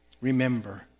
remember